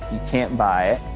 you can't buy it,